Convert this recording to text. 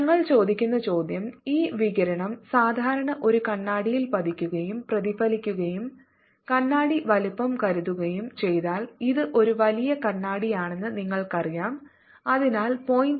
ഞങ്ങൾ ചോദിക്കുന്ന ചോദ്യം ഈ വികിരണം സാധാരണ ഒരു കണ്ണാടിയിൽ പതിക്കുകയും പ്രതിഫലിക്കുകയും കണ്ണാടി വലുപ്പം കരുതുകയും ചെയ്താൽ ഇത് ഒരു വലിയ കണ്ണാടിയാണെന്ന് നിങ്ങൾക്കറിയാം അതിനാൽ 0